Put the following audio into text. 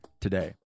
today